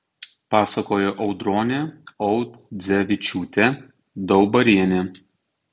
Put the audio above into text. pasakojo audronė audzevičiūtė daubarienė